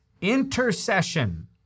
intercession